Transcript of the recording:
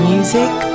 music